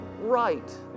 right